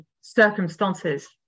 circumstances